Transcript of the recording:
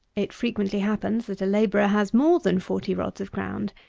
it frequently happens that a labourer has more than forty rods of ground.